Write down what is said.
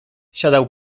siadał